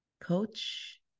coach